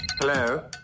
Hello